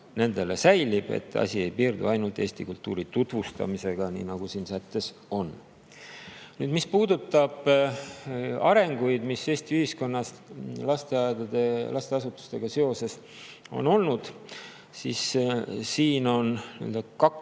nendele ja asi ei piirdu ainult eesti kultuuri tutvustamisega, nii nagu siin sättes on. Nüüd, mis puudutab arenguid, mis Eesti ühiskonnas lasteaedade ja lasteasutustega seoses on olnud, siis siin on kaks